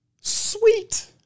Sweet